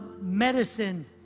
medicine